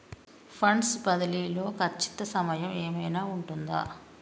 Funds బదిలీ లో ఖచ్చిత సమయం ఏమైనా ఉంటుందా?